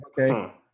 okay